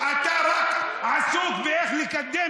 אתה מוביל עדר